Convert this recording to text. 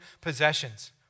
possessions